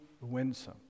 winsome